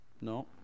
No